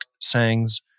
sayings